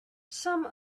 some